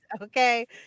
Okay